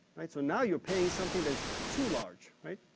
right? so, now you're paying something that is too large, right?